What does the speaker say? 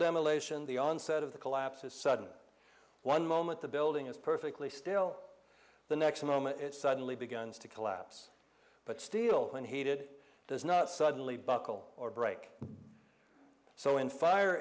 demolition the onset of the collapse is sudden one moment the building is perfectly still the next moment it suddenly begins to collapse but steel when heated does not suddenly buckle or break so in fire